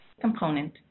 component